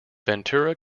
ventura